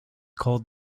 called